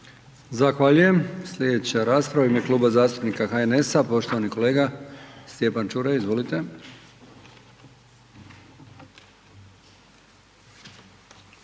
Zahvaljujem. Slijedeća rasprava u ime Kluba zastupnika HNS-a poštovani kolega Stjepan Čuraj, izvolite.